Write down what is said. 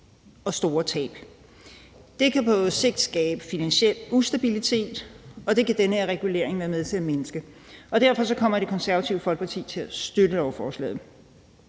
og store tab. Det kan på sigt skabe finansiel ustabilitet, og det kan den her regulering være med til at mindske, og derfor kommer Det Konservative Folkeparti til at støtte lovforslaget.